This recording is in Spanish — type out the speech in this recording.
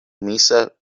misa